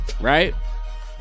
right